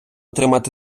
тримати